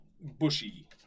bushy